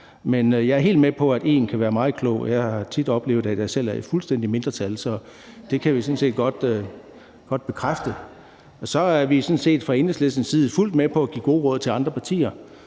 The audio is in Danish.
Men jeg er helt med på, at én kan være meget klog. Jeg har tit oplevet, at jeg selv er i fuldstændig mindretal, så det kan jeg sådan set godt bekræfte. (Munterhed). Vi er fra Enhedslistens side fuldt med på at give gode råd til andre partier.